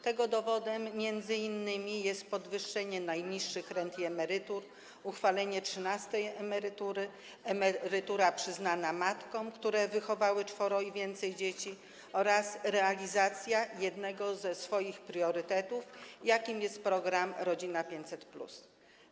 Tego dowodem m.in. jest podwyższenie najniższych rent i emerytur, uchwalenie trzynastej emerytury, emerytura przyznana matkom, które wychowały czworo i więcej dzieci, oraz realizacja jednego z jego priorytetów, jakim jest program „Rodzina 500+”